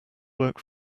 work